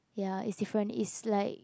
ya it's different it's like